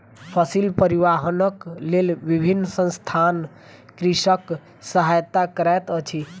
फसिल परिवाहनक लेल विभिन्न संसथान कृषकक सहायता करैत अछि